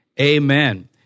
Amen